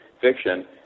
fiction